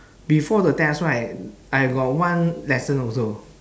before the test right I got one lesson also